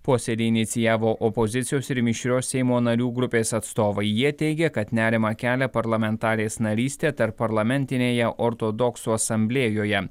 posėdį inicijavo opozicijos ir mišrios seimo narių grupės atstovai jie teigia kad nerimą kelia parlamentarės narystė tarpparlamentinėje ortodoksų asamblėjoje